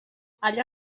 allà